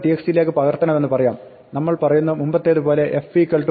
txt ലേക്ക് പകർത്തണമെന്ന് പറയാം നമ്മൾ പറയുന്നു മുമ്പത്തേത് പോലെ f open"input